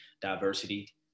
diversity